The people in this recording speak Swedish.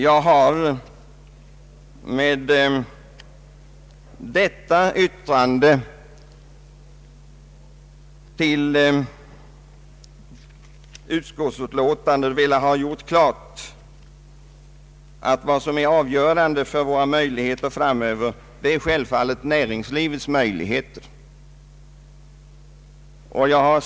Jag har med detta yttrande tiil utskottsutlåtandet velat göra klart att vad som är avgörande för våra förutsättningar i fråga om utjämning framöver är självfallet näringslivets möjligheter.